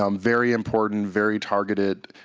um very important, very targeted,